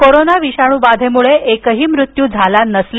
corona विषाणू बाधेमुळे एकही मृत्यू झाला नसले